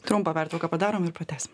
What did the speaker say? trumpą pertrauką padarom ir pratęsim